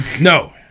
No